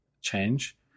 change